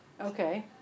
Okay